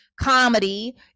comedy